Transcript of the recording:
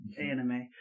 anime